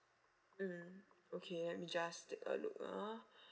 mm okay let me just take a look ah